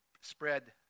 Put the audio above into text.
spread